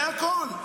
זה הכול.